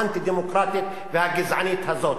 האנטי-דמוקרטית והגזענית הזאת.